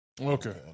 Okay